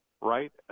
right